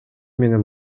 менен